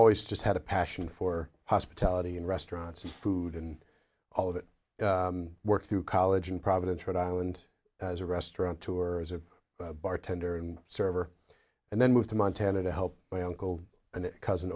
always just had a passion for hospitality in restaurants and food and all of it worked through college in providence rhode island as a restaurant tour as a bartender and server and then moved to montana to help my uncle and cousin